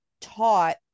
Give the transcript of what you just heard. taught